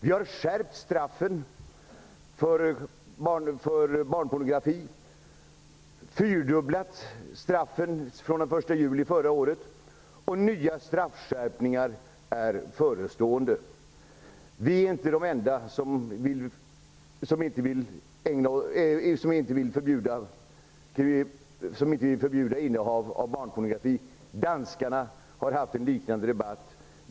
Vi har skärpt straffen för barnpornografibrotten, fyrdubblat straffen den 1 juli förra året, och nya straffskärpningar är förestående. Vi är inte de enda som inte vill förbjuda innehav av barnpornografi. Danskarna har haft en liknande debatt.